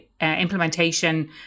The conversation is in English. implementation